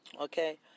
Okay